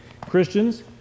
Christians